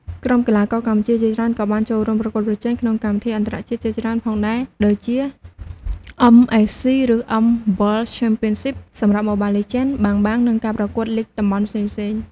ក្រុមកីឡាករកម្ពុជាជាច្រើនក៏បានចូលរួមប្រកួតប្រជែងក្នុងកម្មវិធីអន្តរជាតិជាច្រើនទៀតផងដែរ ដូចជាអឺមអេសស៊ី ឬ M World Championship សម្រាប់ Mobile Legends: Bang Bang និងការប្រកួតលីគតំបន់ផ្សេងៗ។